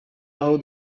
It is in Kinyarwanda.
aho